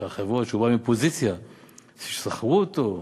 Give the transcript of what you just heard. שהוא בא מפוזיציה ששכרו אותו,